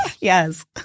Yes